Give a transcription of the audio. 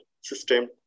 system